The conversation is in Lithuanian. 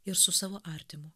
ir su savo artimu